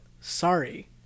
sorry